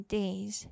days